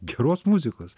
geros muzikos